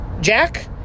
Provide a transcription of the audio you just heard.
Jack